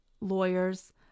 lawyers